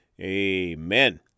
amen